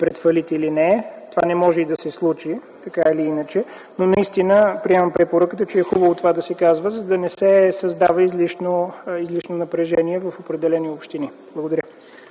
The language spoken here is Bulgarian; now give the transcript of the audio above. пред фалит или не. Това не може и да се случи така или иначе. Наистина приемам препоръката, че е хубаво това да се казва, за да не се създава излишно напрежение в определени общини. Благодаря.